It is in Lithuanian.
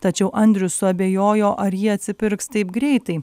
tačiau andrius suabejojo ar ji atsipirks taip greitai